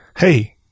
Hey